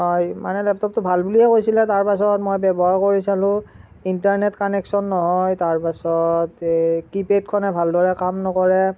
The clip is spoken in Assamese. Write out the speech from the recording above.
হয় মানে লেপটপটো ভাল বুলিয়ে কৈছিলে মই ব্যৱহাৰ কৰি চালোঁ ইণ্টাৰনেট কানেকশ্যন নহয় তাৰপাছত এই কীপেডখনে ভাল দৰে কাম নকৰে